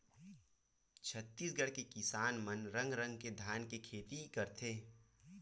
छत्तीसगढ़ के किसान मन रंग रंग के धान के खेती करथे